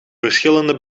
verschillende